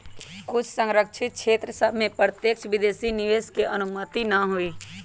कुछ सँरक्षित क्षेत्र सभ में प्रत्यक्ष विदेशी निवेश के अनुमति न हइ